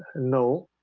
no,